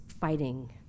fighting